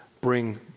bring